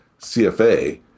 CFA